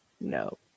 no